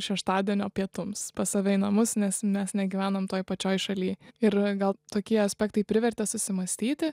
šeštadienio pietums pas save į namus nes mes negyvenom toj pačioj šaly ir gal tokie aspektai privertė susimąstyti